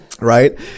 right